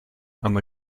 and